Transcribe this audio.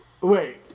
Wait